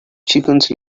chickens